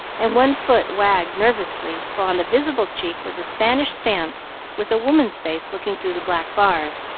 and one foot wagged nervously, while on the visible cheek was a spanish stamp with a woman's face looking through the black bars,